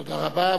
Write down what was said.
תודה רבה.